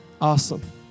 Awesome